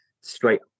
straight